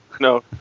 No